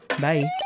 Bye